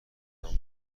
نام